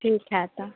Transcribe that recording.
ठीक है तो